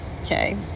Okay